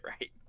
right